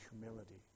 humility